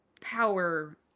power